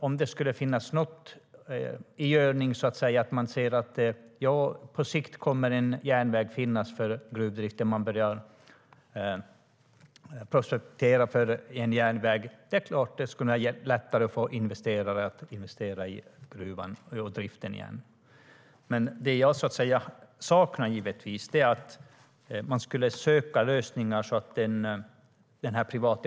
Om det skulle vara någonting i görningen och man ser att det på sikt kommer att finnas en järnväg för gruvdriften och att man ska börja projektera för en järnväg är det klart att det skulle göra det lättare att få investerare till gruvan och driften igen. Det jag saknar är givetvis att man söker lösningar.